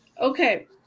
Okay